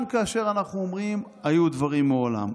גם כאשר אנחנו אומרים שהיו דברים מעולם,